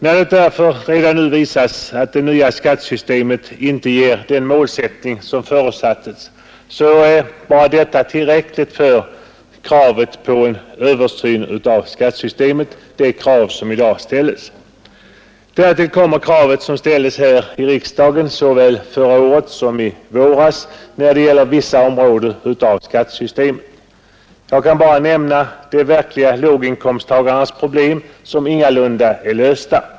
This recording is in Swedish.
När det därför redan nu visas att det nya skattesystemet inte ger den målsättning som förutsattes, är bara detta tillräckligt för kravet på en ny översyn av skattesystemet — det krav som i dag ställs. Därtill kommer kravet som ställdes här i riksdagen såväl förra året som i våras när det gäller vissa områden av skattesystemet. Jag kan bara nämna de verkliga låginkomsttagarnas problem som ingalunda är lösta.